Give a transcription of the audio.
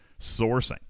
sourcing